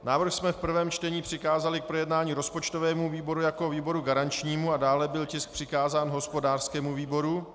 Návrh jsme v prvém čtení přikázali rozpočtovému výboru jako výboru garančnímu a dále byl tisk přikázán hospodářskému výboru.